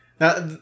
Now